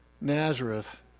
Nazareth